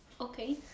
Okay